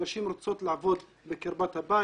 נשים רוצות לעבוד בקרבת הבית,